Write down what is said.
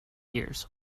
years